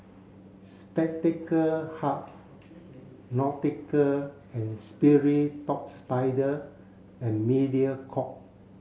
Spectacle Hut Nautica and Sperry Top Sider and Mediacorp